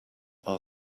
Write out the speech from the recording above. are